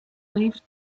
leafed